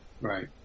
Right